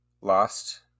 lost